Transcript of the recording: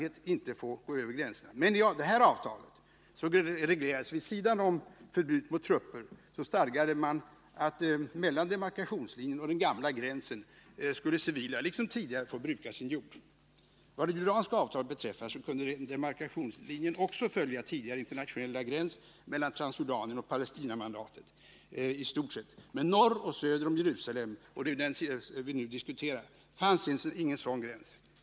Detta reglerades så att avtalet utöver förbudet mot trupper stadgade att mellan demarkationslinjen och den gamla gränsen civila liksom tidigare skulle få bruka sin jord. Vad det jordanska avtalet beträffar kunde demarkationslinjen också i stort sett följa tidigare internationella gräns mellan Transjordanien och Palestinamandatet. Men norr och söder om Jerusalem fanns ju ingen sådan gräns.